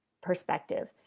perspective